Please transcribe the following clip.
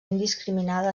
indiscriminada